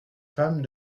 femmes